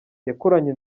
yakuranye